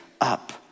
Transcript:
up